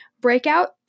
Breakout